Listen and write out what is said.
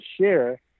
share